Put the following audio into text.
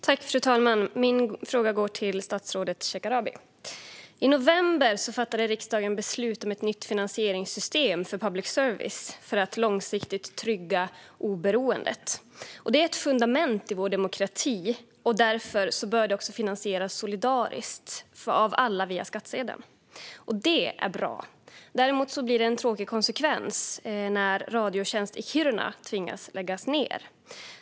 Fru talman! Min fråga går till statsrådet Shekarabi. I november fattade riksdagen beslut om ett nytt finansieringssystem för public service för att långsiktigt trygga oberoendet. Det är ett fundament i vår demokrati, och därför bör det också finansieras solidariskt av alla via skattsedeln. Det är bra. Däremot blir det en tråkig konsekvens när Radiotjänst i Kiruna tvingas läggas ned.